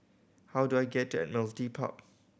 how do I get to Admiralty Park